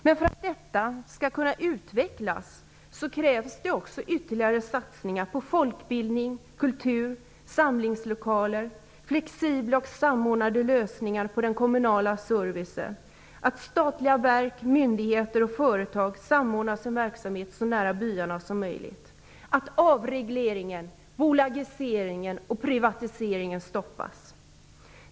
Men för att detta skall kunna utvecklas krävs det också ytterligare satsningar på folkbildning, kultur, samlingslokaler, flexibla och samordnade lösningar på den kommunala servicen och att statliga verk, myndigheter och företag samordnar sin verksamhet så nära byarna som möjligt. Det krävs att avregleringen, bolagiseringen och privatiseringen stoppas.